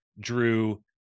Drew